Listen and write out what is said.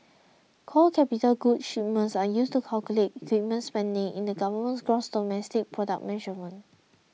core capital goods shipments are used to calculate equipment spending in the government's gross domestic product measurement